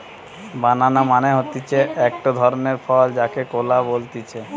বানানা মানে হতিছে একটো ধরণের ফল যাকে কলা বলতিছে